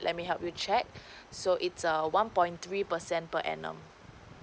let me help you check so it's a one point three percent per annum